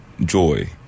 Joy